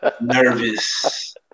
nervous